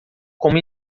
como